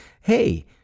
Hey